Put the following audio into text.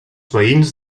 veïns